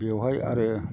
बेवहाय आरो